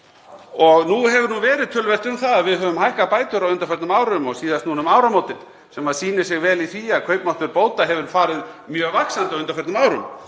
Nú hefur verið töluvert um það að við höfum hækkað bætur á undanförnum árum og síðast núna um áramótin, sem sýnir sig vel í því að kaupmáttur bóta hefur farið mjög vaxandi á undanförnum árum.